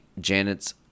Janet's